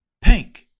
Pink